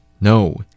No